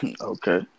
Okay